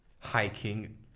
hiking